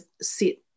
sit